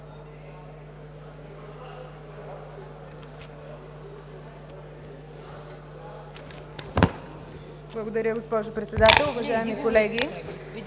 Благодаря Ви, госпожо Председател. Уважаеми колеги!